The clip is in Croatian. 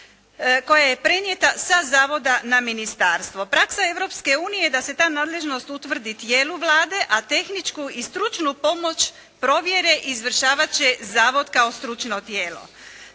koja je prenijeta sa zavoda na ministarstvo. Praksa Europske unije da se ta nadležnost utvrdi tijelu Vlade, a tehničku i stručnu pomoć provjere i izvršavat će zavod kao stručno tijelo.